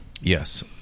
Yes